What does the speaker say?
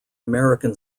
american